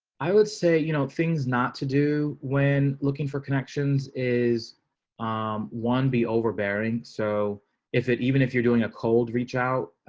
i would say, you know, things not to do when looking for connections is um one be overbearing so if it even if you're doing a cold reach out,